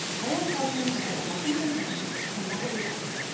i will tell him that i want nothing from him and that will be that.